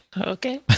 Okay